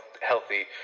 healthy